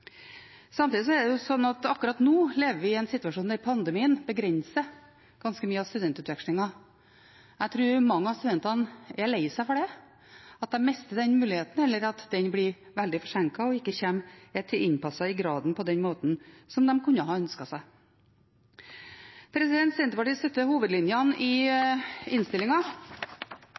Samtidig er vi akkurat nå i en situasjon der pandemien begrenser ganske mye av studentutvekslingen. Jeg tror mange av studentene er lei seg for at de mister denne muligheten, eller at den blir veldig forsinket og ikke er innpasset i graden på den måten de kunne ha ønsket seg. Senterpartiet støtter hovedlinjene i